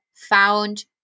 Found